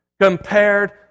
compared